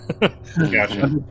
Gotcha